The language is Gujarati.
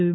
યુ